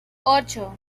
ocho